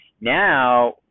now